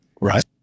right